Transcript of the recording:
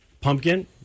pumpkin